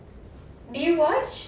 did you watch